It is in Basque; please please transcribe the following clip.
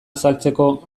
azaltzeko